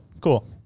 cool